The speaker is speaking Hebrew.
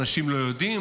אנשים לא יודעים?